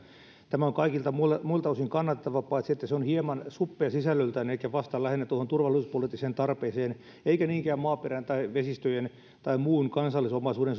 tämä on kaikilta muilta osin kannatettava paitsi että se on hieman suppea sisällöltään ja vastaa lähinnä tuohon turvallisuuspoliittiseen tarpeeseen eikä niinkään maaperän tai vesistöjen tai muun kansallisomaisuuden